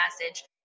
message